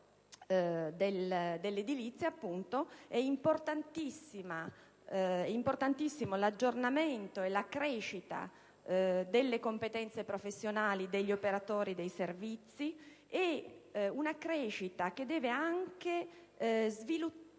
dell'edilizia, in cui sono importantissimi l'aggiornamento e la crescita delle competenze professionali degli operatori dei servizi, una crescita che deve svilupparsi